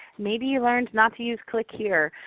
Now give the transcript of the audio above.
maybe you learned not to use click here.